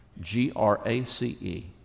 G-R-A-C-E